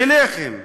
אליכם: